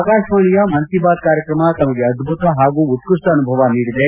ಆಕಾಶವಾಣಿಯ ಮನ್ ಕಿ ಬಾತ್ ಕಾರ್ಯತ್ರಮ ತಮಗೆ ಅದ್ಭುತ ಹಾಗೂ ಉತ್ನಪ್ಪ ಅನುಭವ ನೀಡಿದೆ